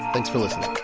thanks for listening